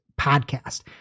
podcast